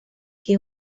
que